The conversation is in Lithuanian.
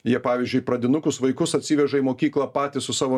jie pavyzdžiui pradinukus vaikus atsiveža į mokyklą patys su savo